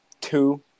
Two